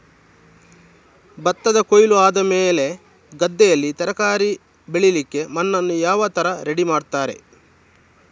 ಭತ್ತದ ಕೊಯ್ಲು ಆದಮೇಲೆ ಗದ್ದೆಯಲ್ಲಿ ತರಕಾರಿ ಬೆಳಿಲಿಕ್ಕೆ ಮಣ್ಣನ್ನು ಯಾವ ತರ ರೆಡಿ ಮಾಡ್ತಾರೆ?